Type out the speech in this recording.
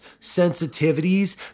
sensitivities